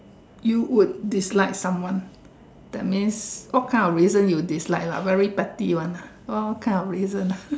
you would dislike someone that means what kind of reason you dislike lah very petty one lah what kind of reason